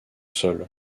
sol